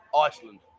Iceland